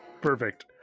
Perfect